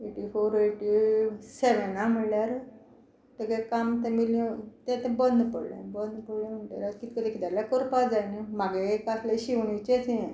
एटी four eighty सॅवॅना म्हणल्यार तेचें काम तें मिली तें तें बंद पडलें बंद पडलें म्हणटरी आतां कितें करया कितें जाल्या करपाक जाय न्हू म्हाजें एक आसलें शिंवणीचेंच हें